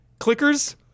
clickers